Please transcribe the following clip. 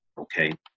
Okay